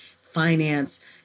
finance